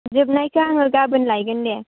जोबनायखो आङो गाबोन लायगोन दे